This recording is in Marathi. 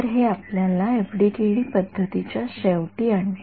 तर हे आपल्याला एफडीटीडी पद्धतीच्या शेवटी आणते